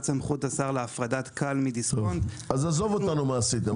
סמכות השר להפרדת כאל מדיסקונט --- אז עזוב אותנו ממה עשיתם,